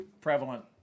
prevalent